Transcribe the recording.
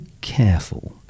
careful